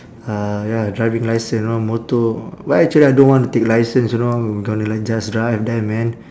uh ya driving licence know motor but actually I don't want to take licence you know I'm gonna like just drive there man